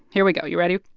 here we go. you ready?